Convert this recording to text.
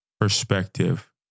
perspective